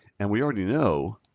and we already know